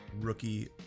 rookie